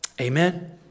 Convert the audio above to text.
Amen